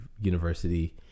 university